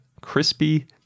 Crispy